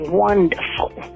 wonderful